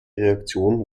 reaktion